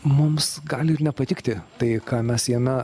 mums gali ir nepatikti tai ką mes jame